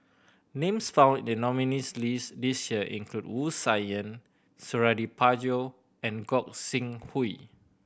names found in the nominees' list this year include Wu Tsai Yen Suradi Parjo and Gog Sing Hooi